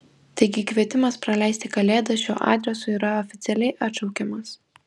taigi kvietimas praleisti kalėdas šiuo adresu yra oficialiai atšaukiamas